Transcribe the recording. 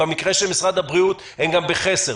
ובמקרה של משרד הבריאות הם גם בחסר,